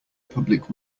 public